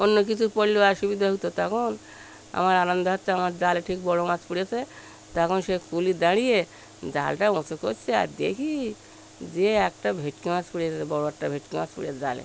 অন্য কিছু পড়লেও অসুবিধা হতো তখন আমার আনন্দ হচ্ছে আমার জালে ঠিক বড় মাছ পড়েছে তখন সে কূলে দাঁড়িয়ে জালটা উঁচু করেছি আর দেখি যে একটা ভেটকি মাছ পড়েছে বড় একটা ভেটকি মাছ পড়েছে জালে